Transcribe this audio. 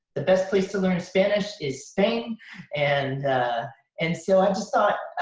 the best place to learn spanish is spain and ah and so i just thought,